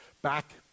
back